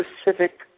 specific